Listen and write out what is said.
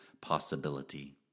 possibility